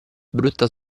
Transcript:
brutta